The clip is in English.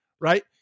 right